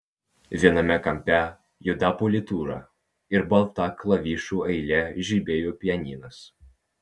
viename kampe juoda politūra ir balta klavišų eile žibėjo pianinas